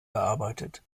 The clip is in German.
gearbeitet